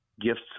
gifts